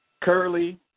curly –